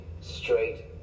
straight